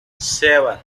seven